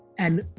and,